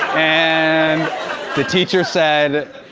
and the teacher said